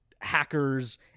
hackers